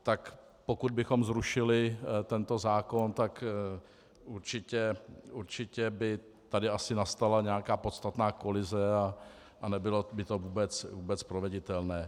Tak pokud bychom zrušili tento zákon, tak určitě by tady asi nastala nějaká podstatná kolize a nebylo by to vůbec proveditelné.